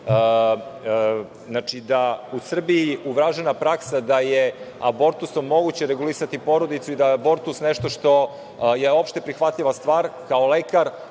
Srbiji je uvažena praksa da je abortusom moguće regulisati porodicu i da je abortus nešto što je opšte prihvatljiva stvar. Kao lekar,